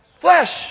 flesh